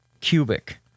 cubic